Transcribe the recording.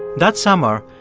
that summer,